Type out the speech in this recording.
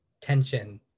tension